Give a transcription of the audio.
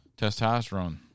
Testosterone